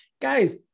Guys